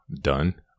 done